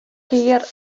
kear